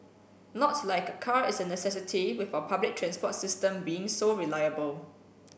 not like a car is a necessity with our public transport system being so reliable